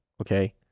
Okay